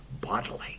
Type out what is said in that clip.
bodily